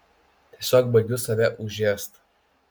tiesiog baigiu save užėst